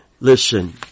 Listen